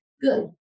good